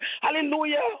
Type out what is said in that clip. hallelujah